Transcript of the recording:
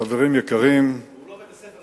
חברים יקרים, והוא לא בית-הספר היחידי.